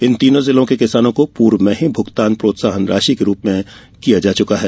इन तीनों जिलों के किसानों को पूर्व में ही भुगतान प्रोत्साहन राशि के रूप में किया जा चुका है